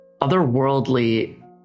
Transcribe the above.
otherworldly